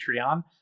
Patreon